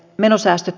menosäästöt